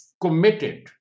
committed